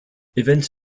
events